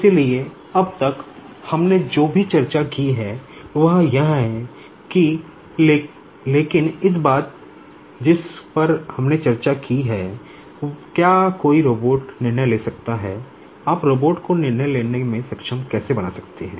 इसलिए अब तक हमने जो भी चर्चा की है वह यह है लेकिन एक बात जिस पर हमने चर्चा नहीं की है क्या कोई रोबोट निर्णय ले सकता है आप रोबोट को निर्णय लेने में सक्षम कैसे बना सकते हैं